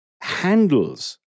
handles